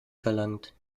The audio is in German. verlangt